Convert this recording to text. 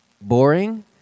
boring